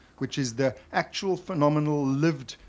which is the actual, phenomenal, lived,